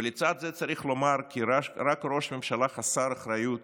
ולצד זאת צריך לומר כי רק ראש ממשלה חסר אחריות